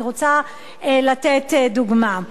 אני רוצה לתת דוגמה.